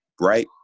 right